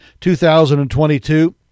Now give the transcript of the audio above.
2022